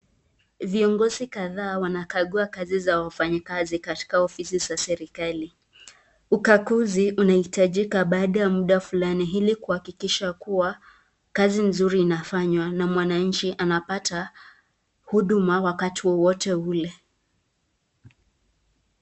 Viongozi kadhaa wanakagua kazi za wafanyakazi katika ofisi za serikali. Ukaguzi unahitajika baada ya muda fulani ili kuhakikisha kuwa kazi nzuri inafanywa na mwananchi anapata huduma wakati wowote ule.